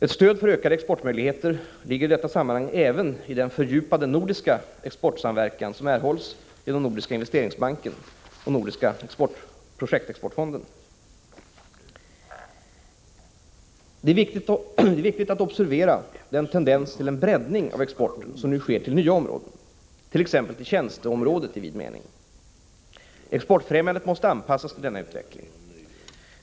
Ett stöd för ökade exportmöjligheter ligger i detta sammanhang även i den fördjupade nordiska exportsamverkan som erhålls genom Nordiska investeringsbanken och Nordiska projektexportfonden. Det är viktigt att observera den tendens till en breddning av exporten som nu sker till nya områden —t.ex. till tjänsteområdet i vid mening. Exportfrämjandet måste anpassas till denna utveckling.